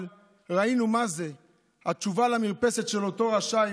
ראינו מה זה התשובה למרפסת של אותו רשע,